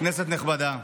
כנסת נכבדה,